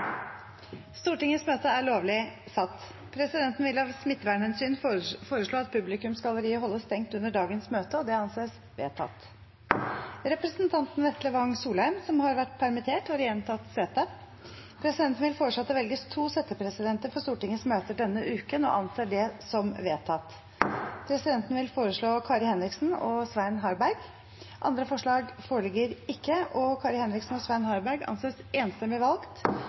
Stortingets møter denne uken, og anser det som vedtatt. Presidenten vil foreslå Kari Henriksen og Svein Harberg. – Andre forslag foreligger ikke, og Kari Henriksen og Svein Harberg anses enstemmig valgt